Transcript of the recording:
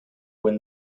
when